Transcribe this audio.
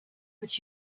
but